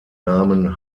namen